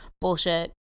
Bullshit